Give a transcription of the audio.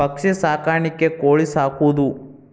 ಪಕ್ಷಿ ಸಾಕಾಣಿಕೆ ಕೋಳಿ ಸಾಕುದು